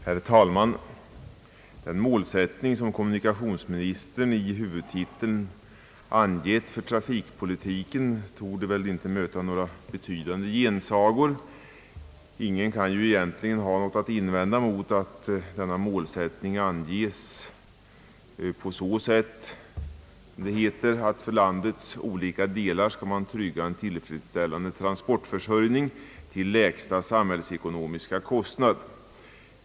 Herr talman! Den målsättning för trafikpolitiken, som kommunikationsministern angett i huvudtiteln, torde inte möta några betydande gensagor. Ingen kan egentligen ha något att invända mot att denna målsättning anges vara »att för landets olika delar trygga en tillfredsställande transportförsörjning till lägsta samhällsekonomiska kostnad».